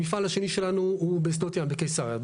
המפעל השני שלנו הוא בשדות ים, בקיסריה.